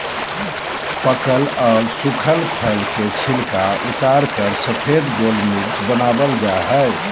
पकल आर सुखल फल के छिलका उतारकर सफेद गोल मिर्च वनावल जा हई